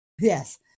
Yes